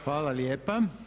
Hvala lijepa.